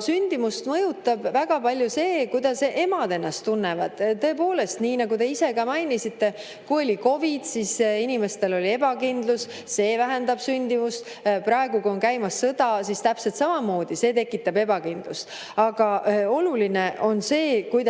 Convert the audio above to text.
Sündimust mõjutab väga palju see, kuidas emad ennast tunnevad. Tõepoolest, nii nagu te ise ka mainisite, kui oli COVID, siis inimestel oli ebakindlus, see vähendas sündimust. Praegu on käimas sõda, see täpselt samamoodi tekitab ebakindlust. Aga oluline on see, kui